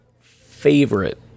favorite